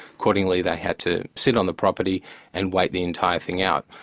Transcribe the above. accordingly, they had to sit on the property and wait the entire thing out.